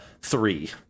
three